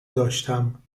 داشتم